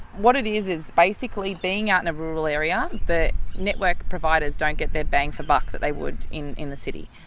what it is is basically being out in a rural area, the network providers don't get their bang for buck that they would in in the city,